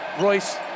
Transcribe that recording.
Royce